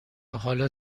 حالا